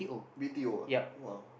B_T_O